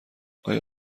آیا